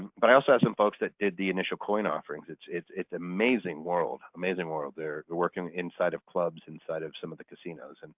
but i also have some folks that did the initial coin offerings. it's it's amazing world, amazing world. they're working inside of clubs, inside of some of the casinos, and